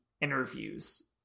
interviews